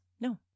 No